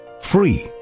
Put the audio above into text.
free